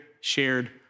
shared